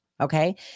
Okay